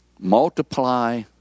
multiply